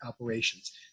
operations